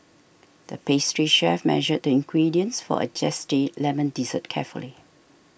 the pastry chef measured the ingredients for a Zesty Lemon Dessert carefully